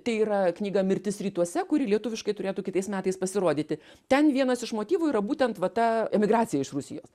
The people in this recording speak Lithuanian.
tai yra knyga mirtis rytuose kuri lietuviškai turėtų kitais metais pasirodyti ten vienas iš motyvų yra būtent va ta emigracija iš rusijos